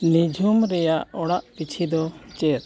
ᱱᱤᱡᱷᱩᱢ ᱨᱮᱭᱟᱜ ᱚᱲᱟᱜ ᱯᱤᱪᱷᱤ ᱫᱚ ᱪᱮᱫ